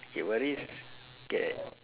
okay what is scare